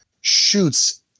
shoots